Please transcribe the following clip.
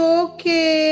okay